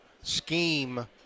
scheme